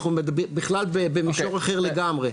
אנחנו מדברים בכלל במישור אחר לגמרי,